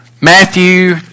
Matthew